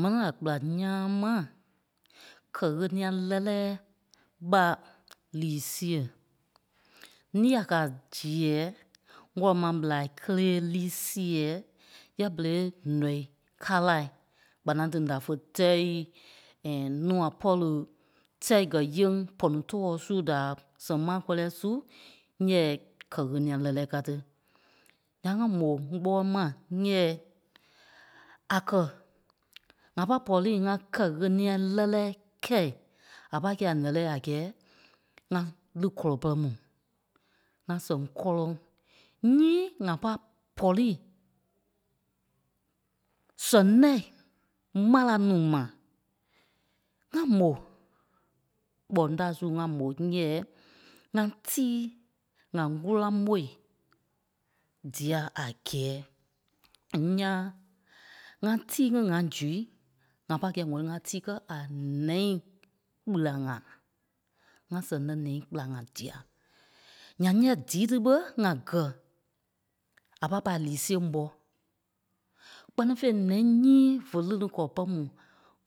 Mɛni a gbera ńyãa ma, kɛ ɣeniɛ lɛ́lɛɛ ɓa lii sêe. Ńii a kɛ̀ a zèɛɛ, ŋ́gɔlɛ ma ɓelai kélee líi sèɛɛ yɛ̂ɛ berei ǹɔii káa lai gbâna dîŋ da fé tɛ̂i núu a pɔ̂ri tɛ́i gɛ yèŋ pɔni tɔɔ su da sɛŋ maa kɔ́riɛ su nyɛɛ kɛ ɣéniɛ lɛ́lɛɛ ká tí. Ǹyaŋ ŋá mò ŋ́gbɔ́ɔi ma, nyɛɛi a kɛ ŋa pâi pɔ̂rii ŋá kɛ ɣéniɛ lɛ́lɛɛ kɛ̂i a pâi kɛ̂i a nɛ́lɛɛ a gɛ́ɛ ŋá lí kɔlɔ pɛrɛ mu ŋá sɛŋ kɔ́lɔŋ nyíi ŋa pâi pɔ̂rii sɛŋ nɛ́i, ɓarâŋ nuu ma. ŋá mò kpɔŋ ta su ŋá mò nyɛɛ, ŋá tíi, ŋa ŋ́oraŋ ɓoi dîa a gɛ́ɛ ńyãa, ŋá tíi ŋí ŋa ŋ̀wɛ̂lii ŋá kɛ́ zui, ŋa pâi kɛ̂i ŋ̀wɛ̂lii ŋá tíi kɛ́ a ǹɛi kpela ŋa, ŋá sɛŋ lɛ́ ǹɛi kpela ŋa dîa. Ǹyaŋ nyɛɛ díi tí ɓé ŋa kɛ̀ a pâi pâi a lii sêe ḿbɔ kpɛ́ni fêi nɛi nyíi vé ní kɔlɔ pɛrɛ mu